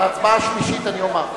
בהצבעה השלישית אני אומר.